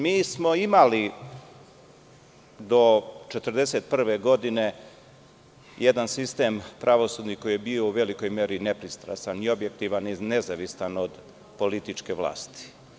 Mi smo imali do 1941. godine, jedan pravosudni sistem koji je bio u velikoj meri nepristrasan i objektivan i nezavistan od političke vlasti.